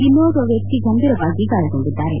ಇನ್ನೋರ್ವ ವ್ಯಕ್ತಿ ಗಂಭೀರವಾಗಿ ಗಾಯಗೊಂಡಿದ್ದಾರೆ